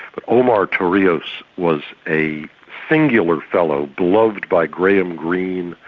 but omar torrijos was a singular fellow, beloved by graham greene,